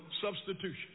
substitution